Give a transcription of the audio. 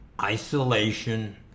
Isolation